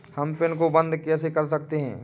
हम पिन को कैसे बंद कर सकते हैं?